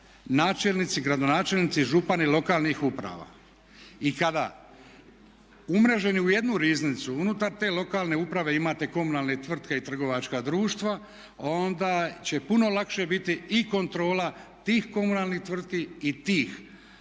načelnici, gradonačelnici, župani lokalnih uprava. I kada umreženi u jednu riznicu, unutar te lokalne uprave imate komunalne tvrtke i komunalna društva onda će puno lakše biti i kontrola tih komunalnih tvrtki i tih